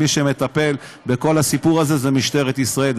מי שמטפל בכל הסיפור הזה זה משטרת ישראל.